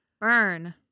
Burn